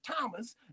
Thomas